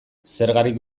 zergarik